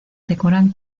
decoran